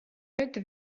это